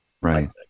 right